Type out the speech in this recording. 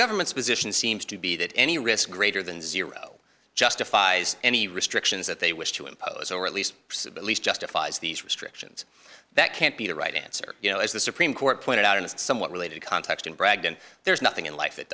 government's position seems to be that any risk greater than zero justifies any restrictions that they wish to impose or at least at least justifies these restrictions that can't be the right answer you know as the supreme court pointed out in a somewhat related context in bragdon there's nothing in life it